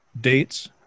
dates